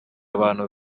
abantu